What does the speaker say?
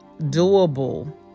doable